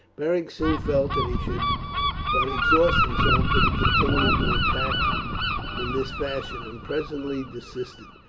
beric soon felt that he should but exhaust himself did he continue to attack in this fashion, and presently desisted,